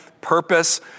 purpose